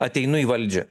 ateinu į valdžią